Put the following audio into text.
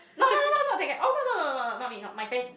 no no no not that guy oh no no no not me my friend